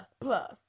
plus